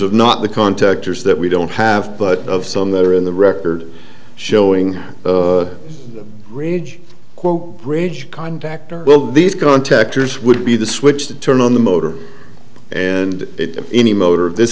of not the contactors that we don't have but of some that are in the record showing the ridge quo bridge contactor well these contactors would be the switch to turn on the motor and any motor this